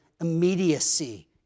immediacy